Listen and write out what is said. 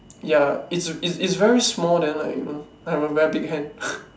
ya it's it's it's very small then like you know I have a very big hand